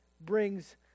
brings